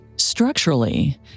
Structurally